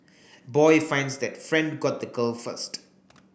boy finds that friend got the girl first